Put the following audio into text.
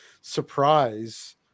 surprise